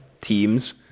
teams